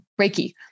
Reiki